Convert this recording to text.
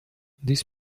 this